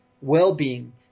well-being